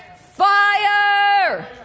fire